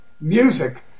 music